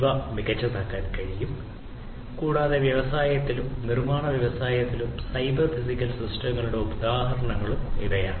ഇവ മികച്ചതാക്കാൻ കഴിയും കൂടാതെ വ്യവസായത്തിലും നിർമ്മാണ വ്യവസായത്തിലും സൈബർ ഫിസിക്കൽ സിസ്റ്റങ്ങളുടെ ഉദാഹരണങ്ങളും ഇവയാണ്